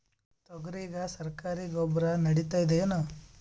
ತೊಗರಿಗ ಸರಕಾರಿ ಗೊಬ್ಬರ ನಡಿತೈದೇನು?